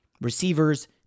receivers